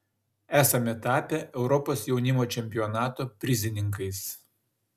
esame tapę europos jaunimo čempionato prizininkais